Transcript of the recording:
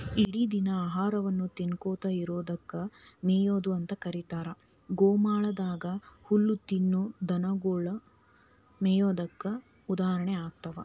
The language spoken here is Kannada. ಇಡಿದಿನ ಆಹಾರವನ್ನ ತಿನ್ನಕೋತ ಇರೋದಕ್ಕ ಮೇಯೊದು ಅಂತ ಕರೇತಾರ, ಗೋಮಾಳದಾಗ ಹುಲ್ಲ ತಿನ್ನೋ ದನಗೊಳು ಮೇಯೋದಕ್ಕ ಉದಾಹರಣೆ ಆಗ್ತಾವ